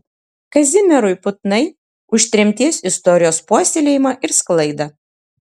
kazimierui putnai už tremties istorijos puoselėjimą ir sklaidą